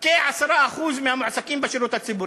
כ-10% מהמועסקים בשירות הציבורי.